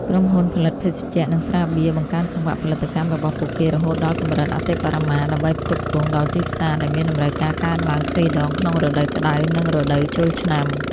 ក្រុមហ៊ុនផលិតភេសជ្ជៈ និងស្រាបៀរបង្កើនសង្វាក់ផលិតកម្មរបស់ពួកគេរហូតដល់កម្រិតអតិបរមា ដើម្បីផ្គត់ផ្គង់ដល់ទីផ្សារដែលមានតម្រូវការកើនឡើងទ្វេដងក្នុងរដូវក្តៅ និងរដូវចូលឆ្នាំ។